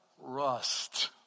rust